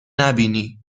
نبینی